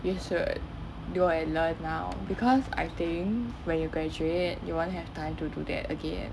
you should go and learn now because I think when you graduate you won't have time to do that again